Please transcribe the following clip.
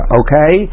okay